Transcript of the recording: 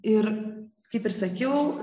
ir kaip ir sakiau